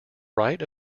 right